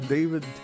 David